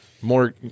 more